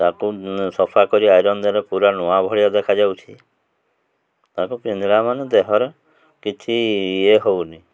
ତାକୁ ସଫା କରି ଆଇରନ୍ ଦେଲେ ପୁରା ନୂଆ ଭଳିଆ ଦେଖାଯାଉଛି ତାକୁ ପିନ୍ଧିଲାମାନେ ଦେହର କିଛି ଇଏ ହଉନି